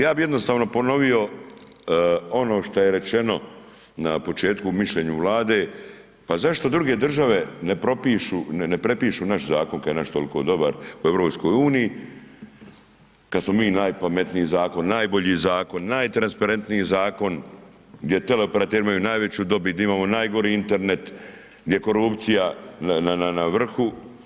Ja bi jednostavno ponovio ono što je rečeno na početku o mišljenju Vlade, pa zašto druge države ne prepišu naš zakon, kad je naš toliko dobar u EU, kad smo mi najpametniji zakon, najbolji zakon, najtransparentniji zakon gdje teleoperateri imaju najveću dobit, di imamo najgori internet, gdje korupcija na vrhu.